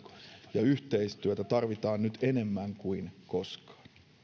ja yhteistyötä tarvitaan nyt enemmän kuin koskaan